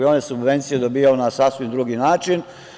On je subvencije dobijao na sasvim drugi način.